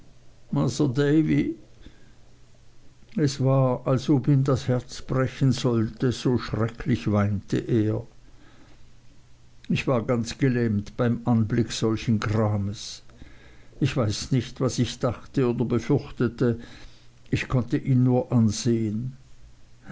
es war als ob ihm das herz brechen sollte so schrecklich weinte er ich war ganz gelähmt beim anblick solchen grames ich weiß nicht was ich dachte oder befürchtete ich konnte ihn nur ansehen